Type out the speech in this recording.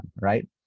right